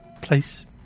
place